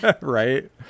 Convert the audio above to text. Right